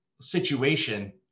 situation